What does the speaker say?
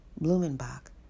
Blumenbach